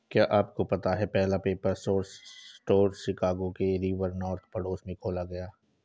क्या आपको पता है पहला पेपर सोर्स स्टोर शिकागो के रिवर नॉर्थ पड़ोस में खोला गया?